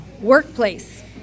Workplace